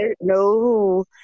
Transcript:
No